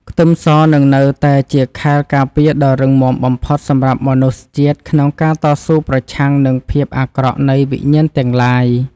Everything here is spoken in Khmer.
ខ្ទឹមសនឹងនៅតែជាខែលការពារដ៏រឹងមាំបំផុតសម្រាប់មនុស្សជាតិក្នុងការតស៊ូប្រឆាំងនឹងភាពអាក្រក់នៃវិញ្ញាណទាំងឡាយ។